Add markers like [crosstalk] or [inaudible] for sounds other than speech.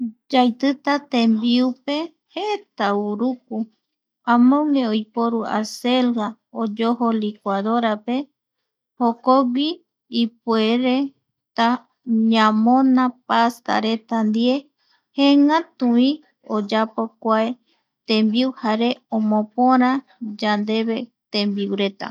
Yaitita tembiupe [noise] jeeta uruku, amogue [noise] oiporu acelga oyojo [noise] licuadorape jokogui ipuere, ta yamona pasta reta ndie jeengatuvi oyapovi [noise] kua tembiu jare [noise] omopora yandeve tembiureta.